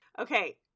Okay